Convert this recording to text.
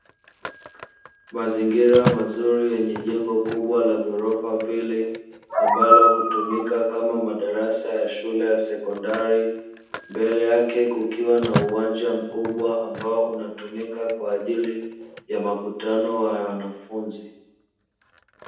Mazingira mazuri yenye jengo kubwa la ghorofa mbili, ambalo hutumika kama madarasa ya shule ya sekondari, mbele yake kukiwa na uwanja mkubwa ambao unatumika kwa ajili ya makutano ya wanafunzi.